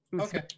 Okay